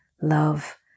love